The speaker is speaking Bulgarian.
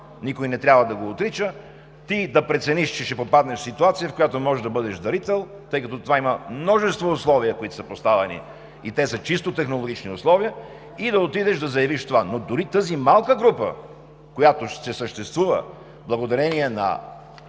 никой не трябва да го отрича, ти да прецениш, че ще попаднеш в ситуация, в която можеш да бъдеш дарител, тъй като това има множество условия, които са поставени, и те са чисто технологични, и да отидеш да заявиш това. Но дори тази малка група, която съществува, благодарение на